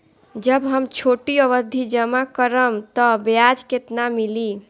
जब हम छोटी अवधि जमा करम त ब्याज केतना मिली?